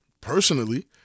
personally